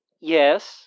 Yes